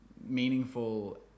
meaningful